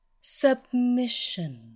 Submission